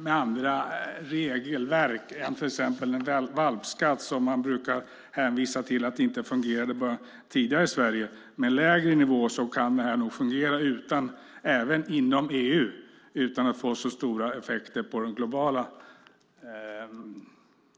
med andra regelverk än med till exempel en valpskatt. Man brukar ju hänvisa till att den inte fungerade tidigare i Sverige. Men med en lägre nivå kan nog detta fungera även inom EU utan att det får så stora effekter på det globala